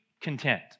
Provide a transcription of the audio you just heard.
content